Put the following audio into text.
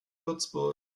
würzburg